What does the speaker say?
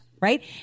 right